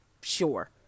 Sure